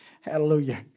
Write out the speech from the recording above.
Hallelujah